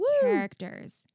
characters